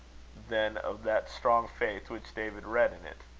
than of that strong faith which david read in it.